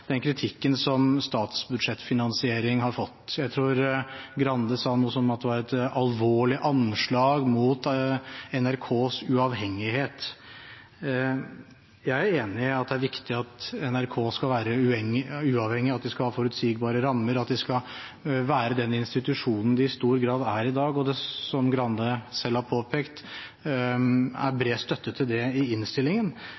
et alvorlig anslag mot NRKs uavhengighet. Jeg er enig i at det er viktig at NRK skal være uavhengig, at de skal ha forutsigbare rammer, og at de skal være den institusjonen de i stor grad er i dag. Som Grande selv har påpekt, er